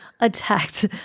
attacked